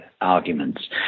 arguments